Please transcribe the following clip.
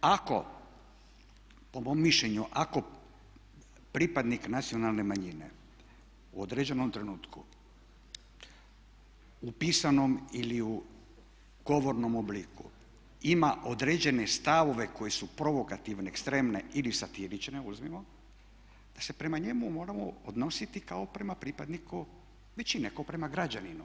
Ako, po mom mišljenju ako pripadnik nacionalne manjine u određenom trenutku upisanom ili u govornom obliku ima određene stavove koji su provokativne, ekstremne ili satirične uzmimo da se prema njemu moramo odnositi kao prema pripadniku većine, kao prema građaninu.